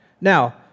Now